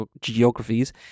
geographies